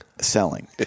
selling